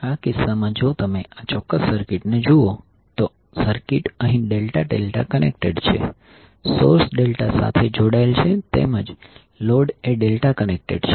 આ કિસ્સામાં જો તમે આ ચોક્કસ સર્કિટ જુઓ તો સર્કિટ અહીં ∆∆ કનેક્ટેડ છે સોર્સ ડેલ્ટા સાથે જોડાયેલ છે તેમજ લોડ એ ડેલ્ટા કનેક્ટેડ છે